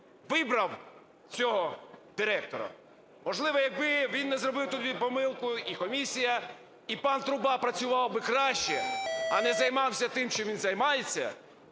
вибрав цього директора. Можливо, якби він не зробив тоді помилку і комісія, і пан Труба працював би краще, а не займався тим, чим він займається,